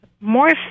more